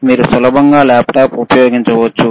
మీరు సులభంగా ల్యాప్టాప్ ఉపయోగించవచ్చు